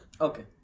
Okay